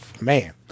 Man